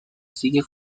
sigue